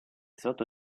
sotto